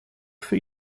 für